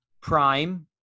Prime